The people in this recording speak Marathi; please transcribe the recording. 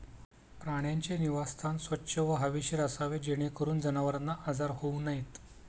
प्राण्यांचे निवासस्थान स्वच्छ व हवेशीर असावे जेणेकरून जनावरांना आजार होऊ नयेत